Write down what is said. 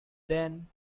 then